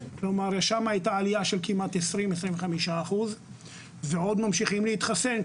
כלומר שם הייתה עלייה של כמעט 20-25% ועוד ממשיכים להתחסן,